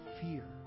fear